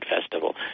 festival